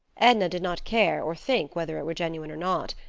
edna did not care or think whether it were genuine or not.